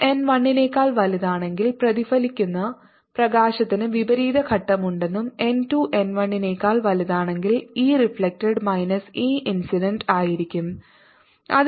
5 15 n 2 n 1 നെക്കാൾ വലുതാണെങ്കിൽ പ്രതിഫലിക്കുന്ന പ്രകാശത്തിന് വിപരീത ഘട്ടമുണ്ടെന്നും n 2 n 1 നെക്കാൾ വലുതാണെങ്കിൽ E reflected minus E incident ആയിരിക്കുo